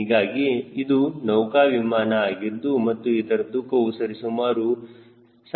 ಹೀಗಾಗಿ ಇದು ನೌಕಾ ವಿಮಾನ ಆಗಿದ್ದು ಮತ್ತು ಇದರ ತೂಕವು ಸರಿಸುಮಾರು 1200 ಪೌಂಡ್ ಆಗಿರುತ್ತದೆ